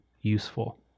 useful